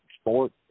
sport